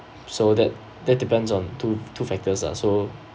so that that depends on two two factors ah so